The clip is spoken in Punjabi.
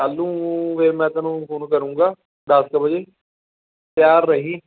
ਕੱਲ੍ਹ ਨੂੰ ਫੇਰ ਮੈਂ ਤੈਨੂੰ ਫੋਨ ਕਰੂੰਗਾ ਦਸ ਕੁ ਵਜੇ ਤਿਆਰ ਰਹੀ